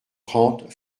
trente